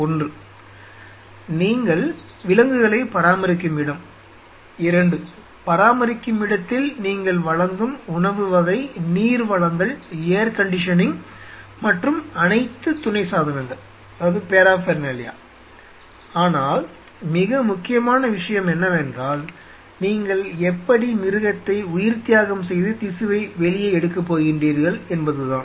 ஒன்று நீங்கள் விலங்குகளை பராமரிக்கும் இடம் இரண்டு பராமரிக்கும் இடத்தில் நீங்கள் வழங்கும் உணவு வகை நீர் வழங்கல் ஏர் கண்டிஷனிங் மற்றும் அனைத்து துணை சாதனங்கள் ஆனால் மிக முக்கியமான விஷயம் என்னவென்றால் நீங்கள் எப்படி மிருகத்தை உயிர்த்தியாகம் செய்து திசுவை வெளியே எடுக்கப்போகின்றீர்கள் என்பதுதான்